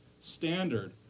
standard